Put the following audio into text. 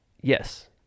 yes